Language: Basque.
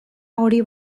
hori